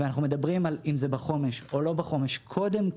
ומדברים על אם זה בחומש או לא בחומש קודם כל,